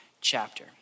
chapter